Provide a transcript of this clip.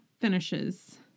finishes